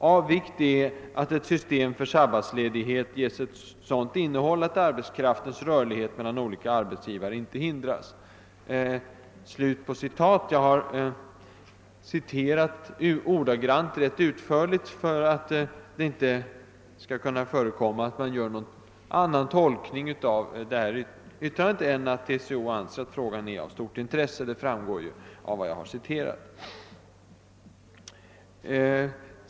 Av vikt är att ett system för sabbatsledighet ges ett sådant innehåll att arbetskraftens rörlighet mellan olika arbetsgivare inte hindras.» Jag har citerat ordagrant och rätt utförligt för att man inte skall göra någon annan uttolkning av detta yttrande än att TCO anser att frågan är av stort intresse. Det framgår ju av vad jag har citerat.